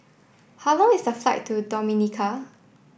how long is the flight to Dominica